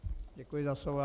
Děkuji za slovo.